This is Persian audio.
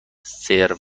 سرو